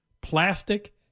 plastic